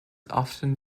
often